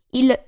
il